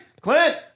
Clint